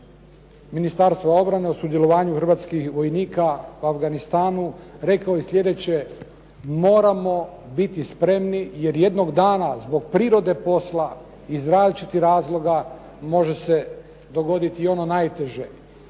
Ministarstva obrane u sudjelovanju hrvatskih vojnika u Afganistanu, rekao je sljedeće, moramo biti spremni jer jednog dana zbog prirode posla iz različitih razloga može se dogoditi ono najteže.